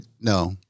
no